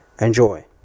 Enjoy